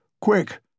Quick